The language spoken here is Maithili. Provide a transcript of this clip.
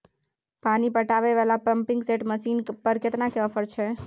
पानी पटावय वाला पंपिंग सेट मसीन पर केतना के ऑफर छैय?